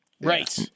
Right